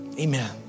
Amen